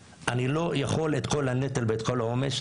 אני לא יכול לקחת עליי את כל הנטל ואת כל העומס.